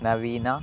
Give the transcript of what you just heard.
ನವೀನ